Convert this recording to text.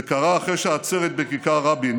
זה קרה אחרי שעצרת בכיכר רבין